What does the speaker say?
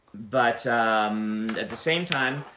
but at the same time,